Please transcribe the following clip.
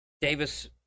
Davis